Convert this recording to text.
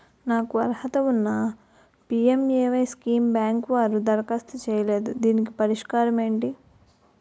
నాకు అర్హత ఉన్నా పి.ఎం.ఎ.వై స్కీమ్ బ్యాంకు వారు దరఖాస్తు చేయలేదు దీనికి పరిష్కారం ఏమిటి?